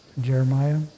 Jeremiah